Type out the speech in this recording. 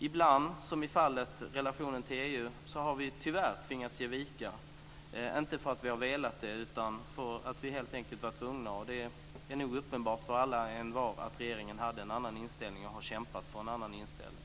Ibland, som i fallet med relationen till EU, har vi tyvärr tvingats ge vika - inte därför att vi har velat det utan därför att vi helt enkelt var tvungna. Det är nog uppenbart för alla och envar att regeringen hade en annan inställning och har kämpat för denna.